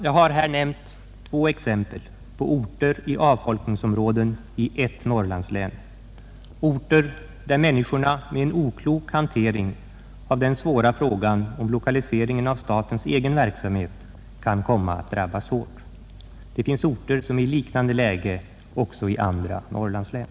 Jag har här nämnt två exempel på orter inom avfolkningsområdet, belägna i ett Norrlandslän, orter där människorna genom en oklok hantering av den svåra frågan om lokaliseringen av statens egen verksamhet kan komma att drabbas hårt. Det finns orter som är i liknande läge också i andra Norrlandslän.